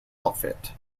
outfit